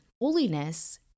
Holiness